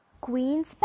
queen's